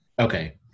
Okay